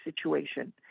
situation